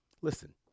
Listen